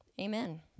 Amen